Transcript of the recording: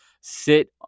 sit